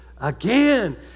again